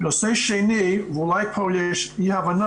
נושא שני ואולי יש כאן אי הבנה,